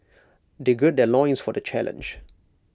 they gird their loins for the challenge